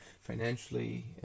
financially